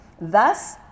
thus